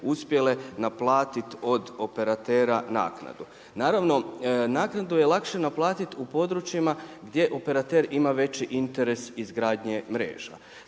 uspjele naplatiti od operatera naknadu. Naravno, naknadu je lakše naplatiti u područjima gdje operater ima veći interes izgradnje mreža.